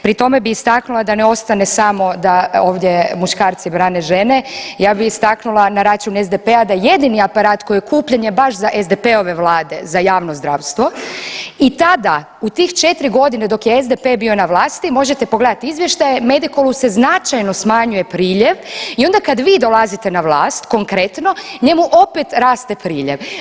Pri tome bi istaknula da ne ostane samo da ovdje muškarci brane žene, ja bi istaknula na račun SDP-a da jedini aparat koji je kupljen je baš za SDP-ove vlade za javno zdravstvo i tada u tih 4 godine dok je SDP bio na vlasti možete pogledati izvještaje Medikolu se značajno smanjuje priljev i onda kad vi dolazite na vlast konkretno njemu opet raste priljev.